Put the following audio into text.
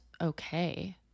okay